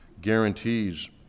guarantees